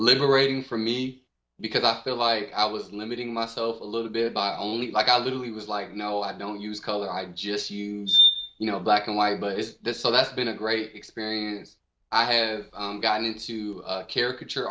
liberating for me because i feel like i was limiting myself a little bit by only like i literally was like no i don't use color i've just you know black and white but is that so that's been a great experience i have gotten into caricature